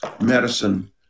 medicine